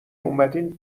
اومدین